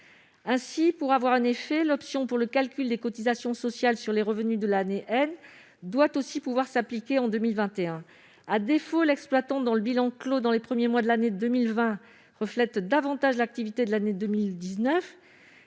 Ainsi, pour avoir un effet, l'option pour le calcul des cotisations sociales sur les revenus de l'année doit aussi pouvoir s'appliquer en 2021. À défaut, l'exploitant dont le bilan clos dans les premiers mois de l'année 2020 reflète davantage l'activité de l'année 2019,